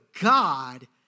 God